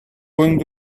going